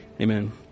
Amen